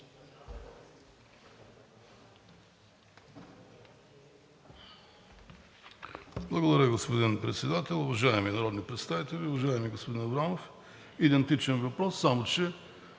Благодаря, господин Председател. Уважаеми народни представители, уважаеми господин Аврамов! Идентичен въпрос, само че